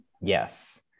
Yes